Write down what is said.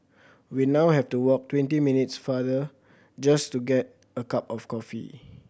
we now have to walk twenty minutes farther just to get a cup of coffee